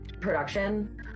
production